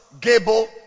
gable